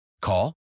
Call